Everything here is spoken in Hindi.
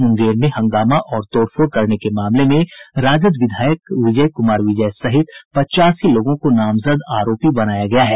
मुंगेर में हंगामा और तोड़फोड़ के मामले में राजद विधायक विजय कुमार विजय सहित पच्चासी लोगों को नामजद आरोपी बनाया गया है